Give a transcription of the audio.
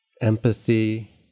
empathy